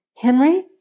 Henry